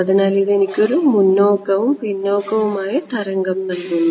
അതിനാൽ ഇത് എനിക്ക് ഒരു മുന്നോക്കവും പിന്നോക്കവും ആയ തരംഗം നൽകുന്നു